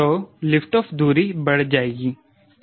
तो lift off दूरी बढ़ जाएगी